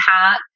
hat